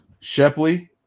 Shepley